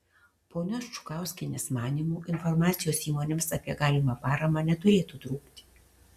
ponios čukauskienės manymu informacijos įmonėms apie galimą paramą neturėtų trūkti